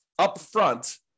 upfront